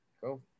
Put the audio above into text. go